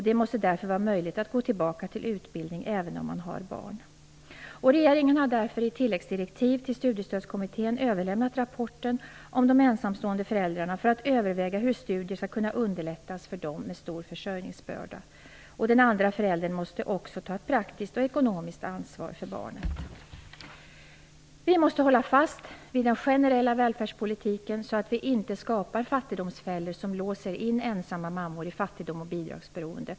Det måste därför vara möjligt att gå tillbaka till utbildning även om man har barn. Regeringen har därför i tilläggsdirektiv till Studiestödskommittén överlämnat rapporten om de ensamstående föräldrarna för att överväga hur studier skall kunna underlättas för dem med stor försörjningsbörda. Den andra föräldern måste också ta ett praktiskt och ekonomiskt ansvar för barnet. Vi måste hålla fast vid den generella välfärdspolitiken så att vi inte skapar fattigdomsfällor, som låser in ensamma mammor i fattigdom och bidragsberoende.